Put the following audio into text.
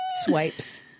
swipes